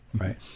right